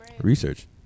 Research